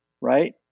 right